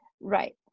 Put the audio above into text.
Right